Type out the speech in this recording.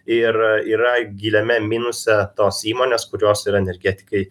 ir yra giliame minuse tos įmonės kurios yra energetikai